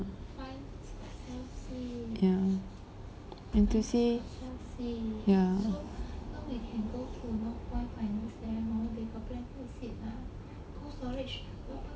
ya N_T_U_C ya